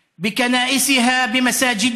להלן תרגומם: ירושלים היא הפנינה שבכתר.